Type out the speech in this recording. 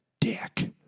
dick